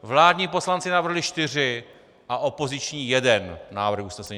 Vládní poslanci navrhli čtyři a opoziční jeden návrh usnesení.